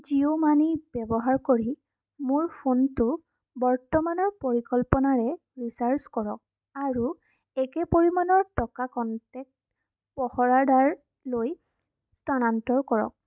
Jio money ব্যৱহাৰ কৰি মোৰ ফোনটো বৰ্তমানৰ পৰিকল্পনাৰে ৰিচাৰ্জ কৰক আৰু একে পৰিমাণৰ টকা কনটেক্ট পহৰাদাৰলৈ স্থানান্তৰ কৰক